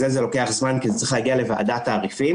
זה זה לוקח זמן כי זה צריך להגיע לוועדת תעריפים.